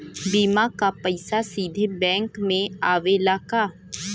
बीमा क पैसा सीधे बैंक में आवेला का?